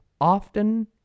often